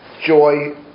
joy